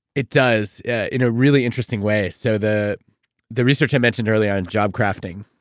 it does in a really interesting way. so the the research i mentioned earlier on job crafting,